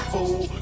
Fool